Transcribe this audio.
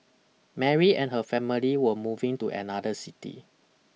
Mary and her family were moving to another city